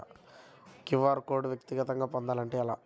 QR code వ్యక్తిగతంగా పొందాలంటే ఎలా?